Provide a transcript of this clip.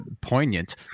poignant